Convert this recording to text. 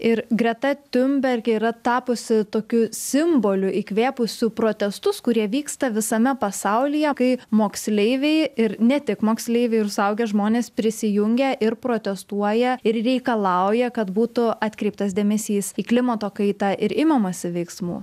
ir greta tiunberg yra tapusi tokiu simboliu įkvėpusiu protestus kurie vyksta visame pasaulyje kai moksleiviai ir ne tik moksleiviai ir suaugę žmonės prisijungia ir protestuoja ir reikalauja kad būtų atkreiptas dėmesys į klimato kaitą ir imamasi veiksmų